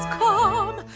come